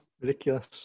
Ridiculous